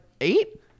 eight